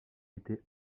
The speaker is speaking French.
été